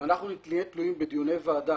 אם אנחנו נהיה תלויים בדיוני ועדה,